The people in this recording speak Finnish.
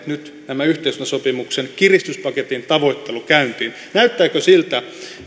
nyt tämä yhteistyösopimuksen kiristyspaketin tavoittelu käyntiin näyttääkö siltä